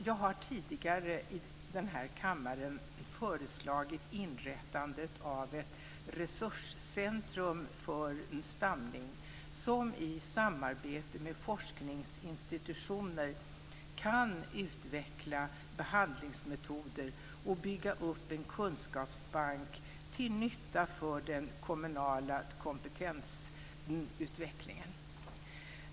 Jag har tidigare i kammaren föreslagit inrättandet av ett resurscentrum för stamning som i samarbete med forskningsinstitutioner kan utveckla behandlingsmetoder och bygga upp en kunskapsbank till nytta för den kommunala kompetensutvecklingen.